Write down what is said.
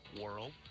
world